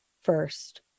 first